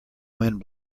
wind